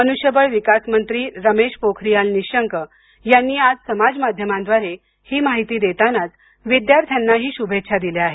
मनुष्यबळ विकास मंत्री रमेश पोखरीयाल निशंक यांनी आज समाजमाध्यमाद्वारे ही माहिती देतानाच विद्यार्थ्यांना शुभेच्छाही दिल्या आहेत